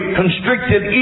constricted